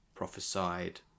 prophesied